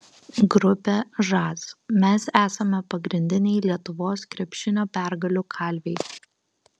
grupė žas mes esame pagrindiniai lietuvos krepšinio pergalių kalviai